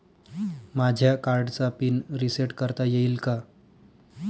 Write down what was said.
माझ्या कार्डचा pin reset करता येईल का?